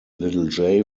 little